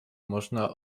można